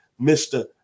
Mr